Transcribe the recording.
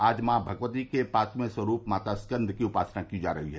आज मॉ भगवती के पांचवे स्वरूप माता स्कंद की उपासना की जा रही है